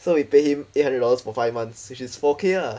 so we pay him eight hundred dollars for five months which is four K ah